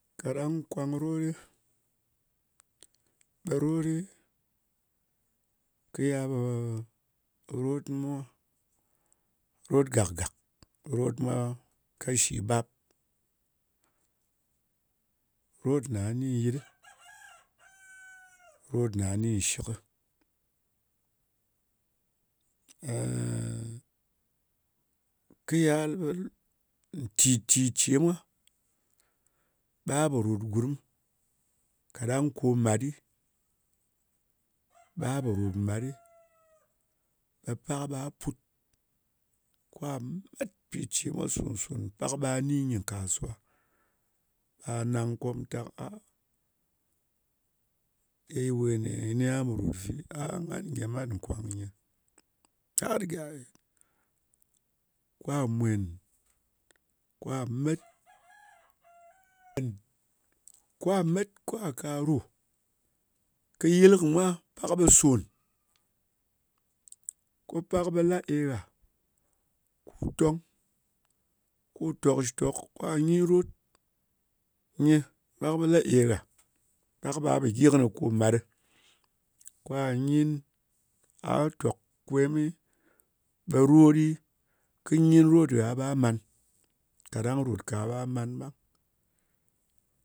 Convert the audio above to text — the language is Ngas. Kaɗang kwang rot ɗɨ, ɓe rot ɗɨ kɨ yal ɓe rot mwa, rot gàk gàk. Rot mwa kashi bap. Ro ne gah ni nyit ɗɨ, kɨ rot ne gha ni nshɨkɨ. kɨ yal ɓe ntì ntì ce mwa ɓa pò ròt kɨ gurm, kaɗang ko mat ɗɨ, ɓa pò ròt kɨ mat ɗɨ, ɓe pak ɓa put ka met pi ce mwa sòn sòn. Pak ɓa ni nyɨ nkàsuwa, nang komtak ye yi we nē yi ni nga pò ròt fi. Ngan gyemat nkwàng nyɨ. Kwà mwen, kwa met kwa ka ru ka yɨl kɨ mwa. Pak ɓe sòn. Ko pak ɓe lae gha. Ku tong, ku tòkshitok. Ka nyin rot nyi. Pak ɓe lae gha. Pak ɓa pò gyi kɨnɨ ko mat ɗɨ. Kwa nyin, a tok kwemɨ, ɓe rot dɨ, kɨ nyin rot ngha ɓa man. Kaɗang ròt ka ɓa man ɓang.